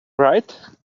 right